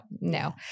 no